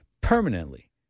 permanently